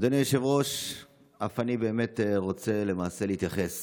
אדוני היושב-ראש, אף אני באמת רוצה להתייחס